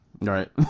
Right